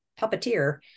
puppeteer